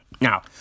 Now